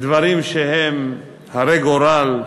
דברים שהם הרי גורל,